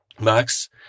Max